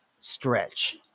stretch